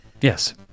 Yes